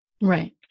Right